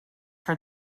for